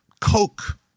Coke